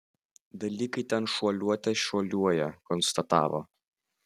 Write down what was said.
dalykai ten šuoliuote šuoliuoja konstatavo